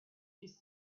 his